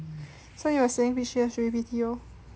so you were saying which year should we B_T_O